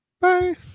Bye